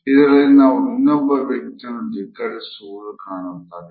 ಇದರಲ್ಲಿ ನಾವು ಇನ್ನೊಬ್ಬ ವ್ಯಕ್ತಿಯನ್ನು ದಿಕ್ಕರಿಸುವುದು ಕಾಣುತ್ತದೆ